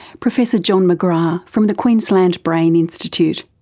professor john mcgrath from the queensland brain institute.